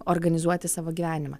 organizuoti savo gyvenimą